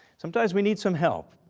sometimes we need some help.